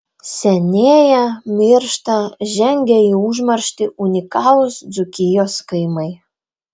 senėja miršta žengia į užmarštį unikalūs dzūkijos kaimai